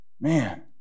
Man